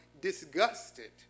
disgusted